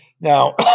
now